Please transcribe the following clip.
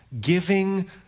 Giving